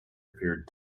appeared